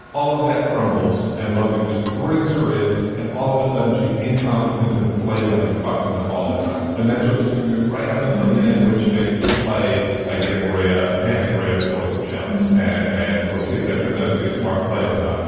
all of that crumbles and logan just brings her in and all of a sudden she's incompetent and flailing and fucking up all the time. and that's what she's been doing right up until the end when she makes this play by getting rhea handing ray the poison chalice and we'll see if that turns out to be a smart play or not.